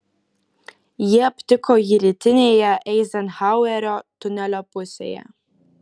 jie aptiko jį rytinėje eizenhauerio tunelio pusėje